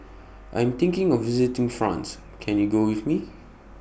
I Am thinking of visiting France Can YOU Go with Me